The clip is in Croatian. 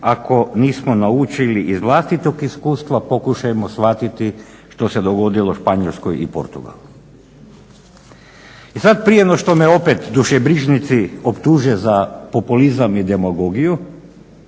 ako nismo naučili iz vlastitog iskustva pokušajmo shvatiti što se dogodilo Španjolskoj i Portugalu. I sada prije nego što me opet dušobrižnici optuže za populizam i demagogiju